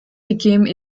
became